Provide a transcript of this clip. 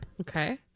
Okay